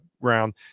round